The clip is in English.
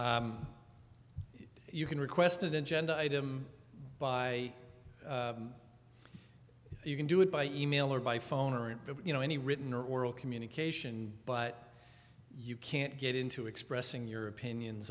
yes you can request an agenda item by you can do it by e mail or by phone or an you know any written or oral communication but you can't get into expressing your opinions